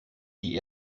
die